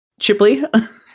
Chipley